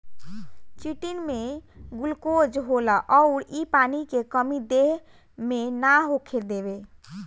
chitin में glucose होला अउर इ पानी के कमी देह मे ना होखे देवे